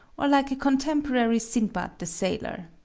or like a contemporary sinbad the sailor.